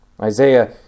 Isaiah